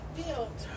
built